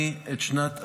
בקשר לשנת השירות,